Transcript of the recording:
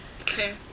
Okay